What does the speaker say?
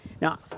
Now